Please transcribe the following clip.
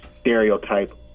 stereotype